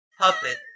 puppet